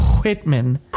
whitman